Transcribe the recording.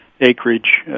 acreage